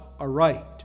aright